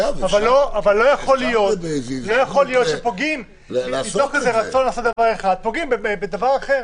אבל לא יכול להיות שמתוך רצון לעשות דבר אחד פוגעים בדבר אחר.